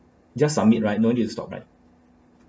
just submit right no need to stop right